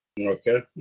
Okay